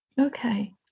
Okay